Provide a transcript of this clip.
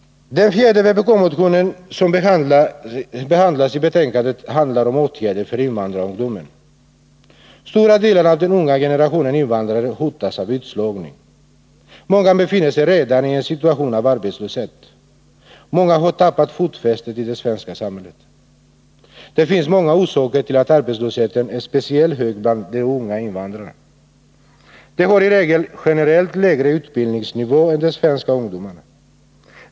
Den fjärde vpk-motionen som behandlas i betänkandet gäller åtgärder för invandrarungdomen. Stora delar av den unga generationen invandrare hotas avutslagning. Många befinner sig redan en situation av arbetslöshet. Många har tappat fotfästet i det svenska samhället. Det finns många orsaker till att arbetslösheten är speciellt hög bland de unga invandrarna. De har i regel generellt sett lägre utbildningsnivå än de svenska ungdomarna.